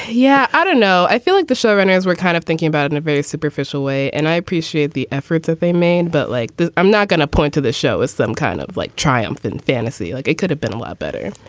yeah. i don't know. i feel like the showrunners were kind of thinking about it in a very superficial way. and i appreciate the efforts that they made. but like i'm not going to point to this show as some kind of like triumph in fantasy, like it could have been a lot better.